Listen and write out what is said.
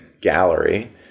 gallery